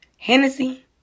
Hennessy